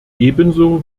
ebenso